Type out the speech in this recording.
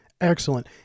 Excellent